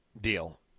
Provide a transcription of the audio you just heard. deal